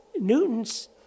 Newton's